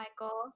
Michael